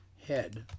head